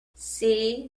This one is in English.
see